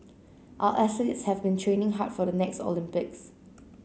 our athletes have been training hard for the next Olympics